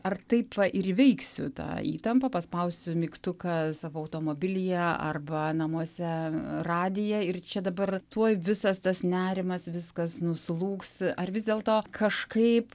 ar taip va ir įveiksiu tą įtampą paspausiu mygtuką savo automobilyje arba namuose radiją ir čia dabar tuoj visas tas nerimas viskas nuslūgs ar vis dėlto kažkaip